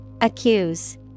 Accuse